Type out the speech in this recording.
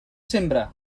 sembre